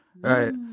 Right